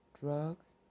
drugs